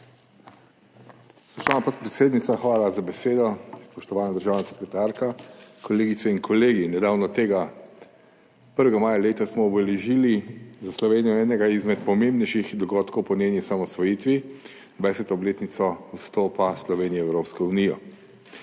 Spoštovana podpredsednica, hvala za besedo. Spoštovana državna sekretarka, kolegice in kolegi! Nedavno tega, 1. maja letos, smo obeležili za Slovenijo enega izmed pomembnejših dogodkov po njeni osamosvojitvi – 20. obletnico vstopa Slovenije v Evropsko unijo.